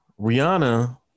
Rihanna